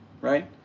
right